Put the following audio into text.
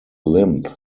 limb